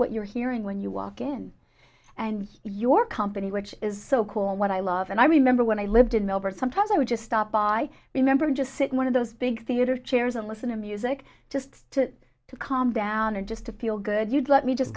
what you're hearing when you walk in and your company which is so cool and what i love and i remember when i lived in melbourne sometimes i would just stop by remember and just sit in one of those big theater chairs and listen to music just to calm down and just to feel good you'd let me just